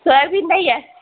soybean नाही आहे